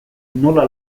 nola